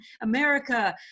America